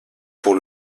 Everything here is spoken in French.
pour